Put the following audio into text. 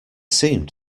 seemed